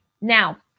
Now